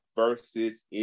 Versus